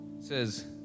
says